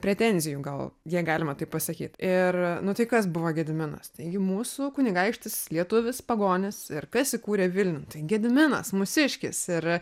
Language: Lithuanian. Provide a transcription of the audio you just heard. pretenzijų gal jei galima taip pasakyt ir nu tai kas buvo gediminas taigi mūsų kunigaikštis lietuvis pagonis ir kas įkūrė vilnių tai gediminas mūsiškis ir